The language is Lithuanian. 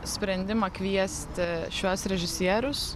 sprendimą kviesti šiuos režisierius